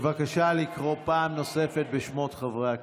בבקשה לקרוא פעם נוספת בשמות חברי הכנסת.